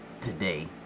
today